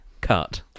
cut